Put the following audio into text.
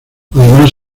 además